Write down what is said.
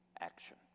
action